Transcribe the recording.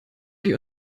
die